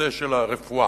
כמו למשל נושא של הרפואה.